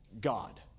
God